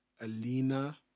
Alina